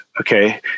okay